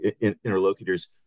interlocutors